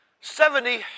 seventy